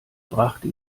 brachte